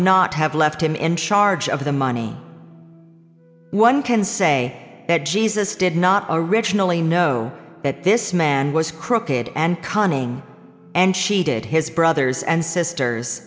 not have left him in charge of the money one can say that jesus did not originally know that this man was crooked and conning and cheated his brothers and sisters